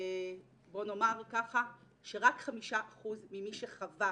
בוא נאמר ככה, שרק 5% ממי שחווה